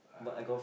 uh